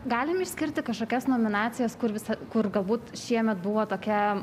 galim išskirti kažkokias nominacijas kur visa kur galbūt šiemet buvo tokia